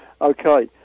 Okay